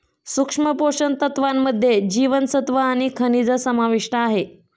सूक्ष्म पोषण तत्त्वांमध्ये जीवनसत्व आणि खनिजं समाविष्ट आहे